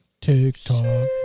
TikTok